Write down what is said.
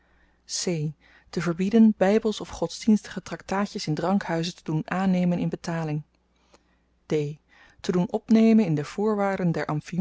c te verbieden bybels of godsdienstige traktaatjes in drankhuizen te doen aannemen in betaling d te doen opnemen in de voorwaarden